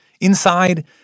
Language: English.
Inside